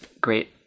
great